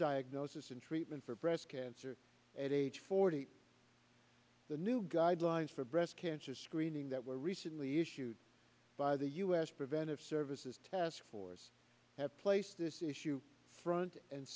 diagnosis and treatment for breast cancer at age forty the new guidelines for breast cancer screening that were recently issued by the u s preventive services task force have placed this issue front and